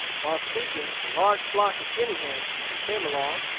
while speaking, a large flock of guinea-hens came along,